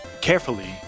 Carefully